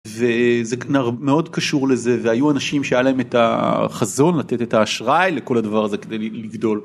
וזה כנראה מאוד קשור לזה והיו אנשים שהיה להם את החזון לתת את האשראי לכל הדבר הזה כדי לגדול.